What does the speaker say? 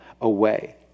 away